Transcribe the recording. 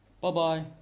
Bye-bye